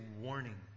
warning